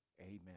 Amen